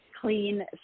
Clean